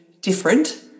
different